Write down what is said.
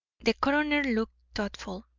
the coroner looked thoughtful.